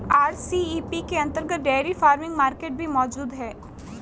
RCEP के अंतर्गत dairy farming market भी मौजूद है